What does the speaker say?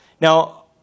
Now